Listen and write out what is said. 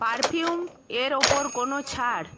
perfume এর ওপর কোনও ছাড়